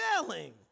failing